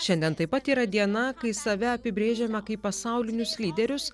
šiandien taip pat yra diena kai save apibrėžiame kaip pasaulinius lyderius